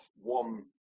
one